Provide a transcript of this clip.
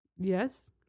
Yes